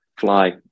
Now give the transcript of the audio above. fly